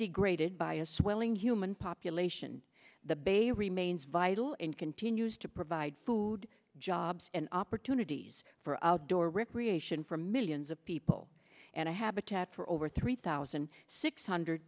degraded by a swelling human population the baby remains vital and continues to provide food jobs and opportunities for outdoor recreation for millions of people and a habitat for over three thousand six hundred